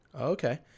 Okay